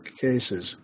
cases